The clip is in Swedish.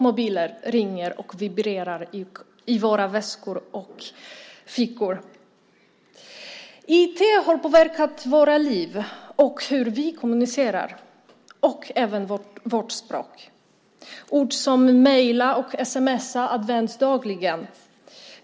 Mobiler ringer eller vibrerar i våra fickor och väskor. IT har påverkat våra liv och hur vi kommunicerar och även vårt språk. Ord som mejla och sms:a används dagligen.